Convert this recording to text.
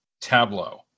Tableau